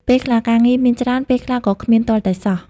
ពេលខ្លះ ការងារមានច្រើន ពេលខ្លះក៏គ្មានទាល់តែសោះ។